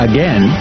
Again